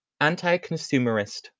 anti-consumerist